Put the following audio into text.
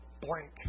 blank